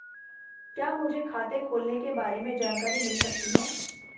क्या मुझे खाते खोलने के बारे में जानकारी मिल सकती है?